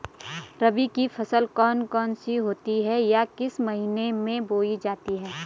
रबी की फसल कौन कौन सी होती हैं या किस महीने में बोई जाती हैं?